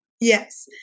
Yes